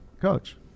coach